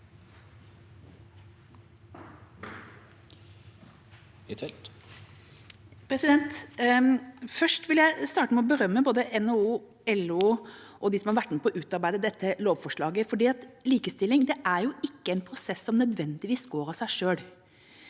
Først vil jeg be- rømme både NHO, LO og de som har vært med på å utarbeide dette lovforslaget, for likestilling er ikke en prosess som nødvendigvis går av seg selv.